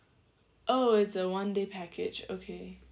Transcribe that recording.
oh it's a one day package okay